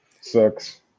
Sucks